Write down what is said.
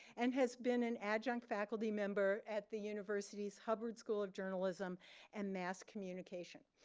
and has been an adjunct faculty member at the university's hubbard school of journalism and mass communication.